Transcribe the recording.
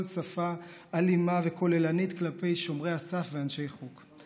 שפה אלימה וכוללנית כלפי שומרי הסף ואנשי חוק.